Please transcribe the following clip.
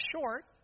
short